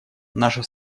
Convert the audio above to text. наша